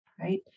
right